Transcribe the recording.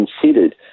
considered